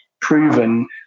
proven